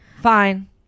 fine